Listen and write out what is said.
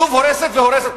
הורסת והורסת.